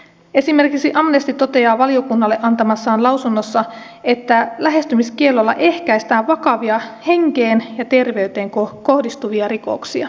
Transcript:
esimerkiksi amnesty toteaa valiokunnalle antamassaan lausunnossa että lähestymiskiellolla ehkäistään vakavia henkeen ja terveyteen kohdistuvia rikoksia